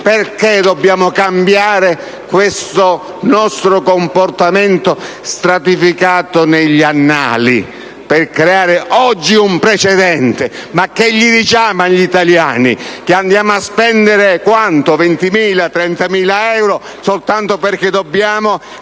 Perché dobbiamo cambiare il nostro comportamento, stratificato negli anni, per creare oggi un precedente? Ma che cosa diciamo agli italiani? Che spenderemo 20.000 o 30.000 euro soltanto perché dobbiamo